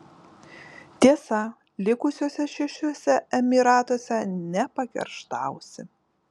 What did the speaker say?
tiesa likusiuose šešiuose emyratuose nepakerštausi